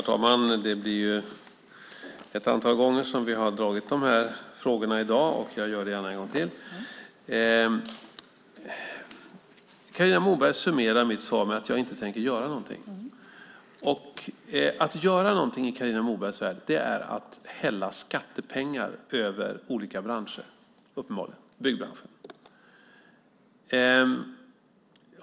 Herr talman! Vi har dragit dessa frågor ett antal gånger i dag, och jag gör det gärna en gång till. Carina Moberg summerar mitt svar med att jag inte tänker göra någonting. Att göra någonting i Carina Mobergs värld är uppenbarligen att hälla skattepengar över olika branscher, till exempel byggbranschen.